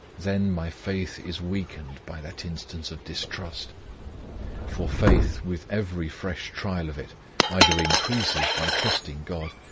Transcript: then my faith is weakened by that instance of distrust for faith with every fresh trial of it either increases by trusting god,